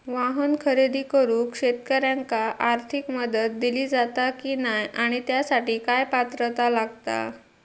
वाहन खरेदी करूक शेतकऱ्यांका आर्थिक मदत दिली जाता की नाय आणि त्यासाठी काय पात्रता लागता?